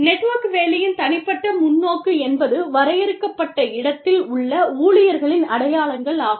network வேலையின் தனிப்பட்ட முன்னோக்கு என்பது வரையறுக்கப்பட்ட இடத்தில் உள்ள ஊழியர்களின் அடையாளங்கள் ஆகும்